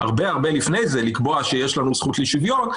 הרבה הרבה לפני זה לקבוע שיש לנו זכות לשוויון,